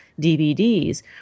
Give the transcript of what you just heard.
DVDs